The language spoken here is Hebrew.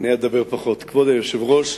כבוד היושב-ראש,